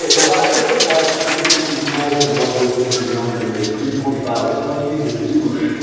the last step of god that she typically falls in love with in her younger years pre twenty five is going to be the douche,